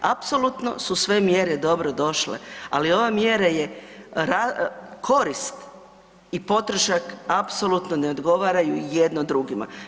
Apsolutno su sve mjere dobrodošle, ali ova mjera je korist i potrošak apsolutno ne odgovaraju jedno drugima.